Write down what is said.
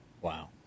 wow